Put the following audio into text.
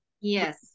Yes